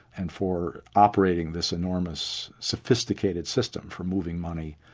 and for operating this enormous, sophisticated system for moving money,